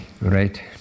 right